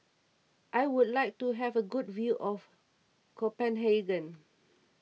I would like to have a good view of Copenhagen